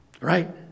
Right